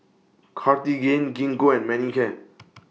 Cartigain Gingko and Manicare